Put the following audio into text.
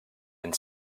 and